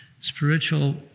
Spiritual